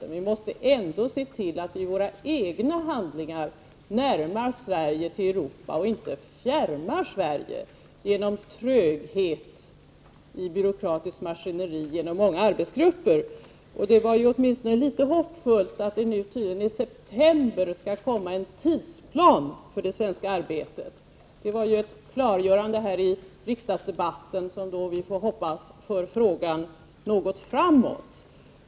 Men vi måste ändå se till att vi i våra egna handlingar närmar Sverige till Europa och inte fjärmar Sverige från Europa genom tröghet i det byråkratiska maskineriet och genom tillsättandet av många arbetsgrupper. Det var åtminstone litet hoppfullt att det tydligen i september skall komma en tidsplan för det svenska arbetet. Det var ett klargörande här i riksdagsdebatten, och vi får hoppas att detta för frågan något framåt.